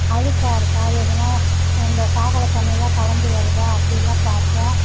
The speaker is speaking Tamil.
அழுக்கா இருக்கா எதனா இந்த சாக்கடை தண்ணியெலாம் கலந்து வருதா அப்படிலாம் பார்ப்போம்